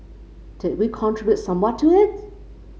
did we contribute somewhat to it